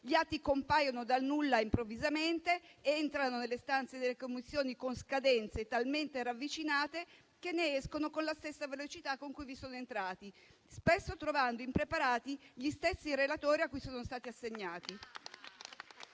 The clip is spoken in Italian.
Gli atti compaiono dal nulla, improvvisamente: entrano nelle aule delle Commissioni con scadenze talmente ravvicinate da uscirne con la stessa velocità con cui vi sono entrati, spesso trovando impreparati gli stessi relatori a cui sono stati assegnati.